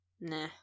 Nah